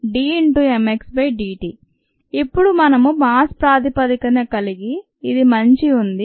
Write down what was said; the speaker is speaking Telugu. rdVdmxdt ఇప్పుడు మేము మాస్ ప్రాతిపదికప్రతిదీ కలిగి ఇది మంచి ఉంది